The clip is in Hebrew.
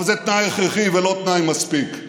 אבל זה תנאי הכרחי ולא תנאי מספיק,